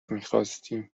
میخواستیم